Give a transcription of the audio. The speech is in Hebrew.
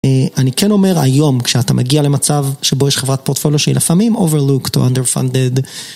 אני כן אומר, היום, כשאתה מגיע למצב שבו יש חברת פורטפוליו שלי לפעמים Overlooked או Underfunded.